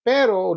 Pero